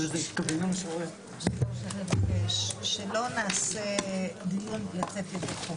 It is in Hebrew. אני רוצה לבקש שלא נעשה דיון לצאת ידי חובה.